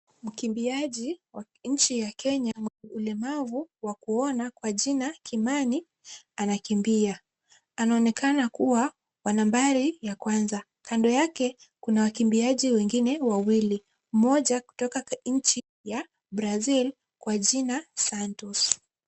Mkimbiaji wa nchi ya Kenya mlemavu wa kuona kwa jina Kimani anakimbia. Anaonekana kuwa wa nambari ya kwanza. Kando yake kuna wakimbiaji wengine wawili, mmoja wa kutoka nchi ya Brazil kwa jina Santos.